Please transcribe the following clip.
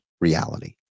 reality